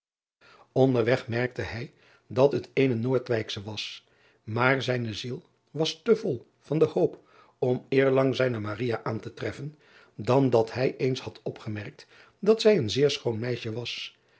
weg merkte hij dat het eene oordwijksche was maar zijne ziel was te vol van de hoop om eerlang zijne aan te treffen dan dat hij eens had opgemerkt dat zij een zeer schoon meisje was